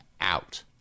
out